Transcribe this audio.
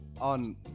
On